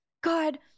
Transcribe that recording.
God